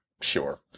sure